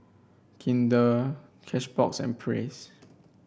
Kinder Cashbox and Praise